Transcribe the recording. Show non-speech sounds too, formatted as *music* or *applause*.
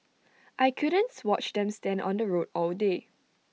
I couldn't *hesitation* watch them stand on the road all day